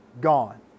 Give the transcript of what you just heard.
Gone